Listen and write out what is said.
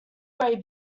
grey